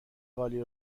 قالی